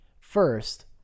First